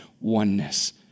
oneness